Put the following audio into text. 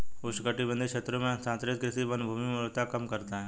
उष्णकटिबंधीय क्षेत्रों में स्थानांतरित कृषि वनभूमि उर्वरता कम करता है